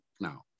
now